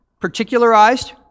particularized